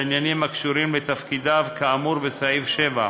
בעניינים הקשורים לתפקידיו כאמור בסעיף 7,